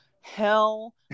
hell